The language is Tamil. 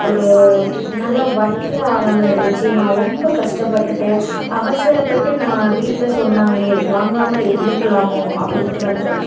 ஒரு நல்ல ஒர்க்கே ஆகாமல் இருந்திச்சு நான் ரொம்ப கஷ்டப்பட்டுவிட்டேன் அவசரப்பட்டு நான் வீட்டில் சொன்னாங்களே வாங்காமல் இருந்திருக்கலாமோ அப்படின்டு வந்து